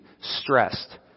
stressed